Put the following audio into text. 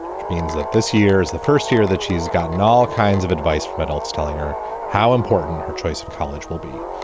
which means that this year is the first year that she's gotten all kinds of advice from adults telling her how important her choice of college will be.